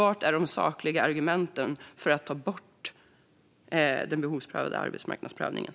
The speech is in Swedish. Var är de sakliga argumenten för att ta bort behovsprövningen?